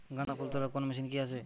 গাঁদাফুল তোলার কোন মেশিন কি আছে?